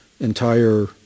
entire